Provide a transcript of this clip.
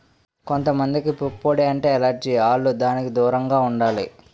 కొంత మందికి పుప్పొడి అంటే ఎలెర్జి ఆల్లు దానికి దూరంగా ఉండాలి